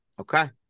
Okay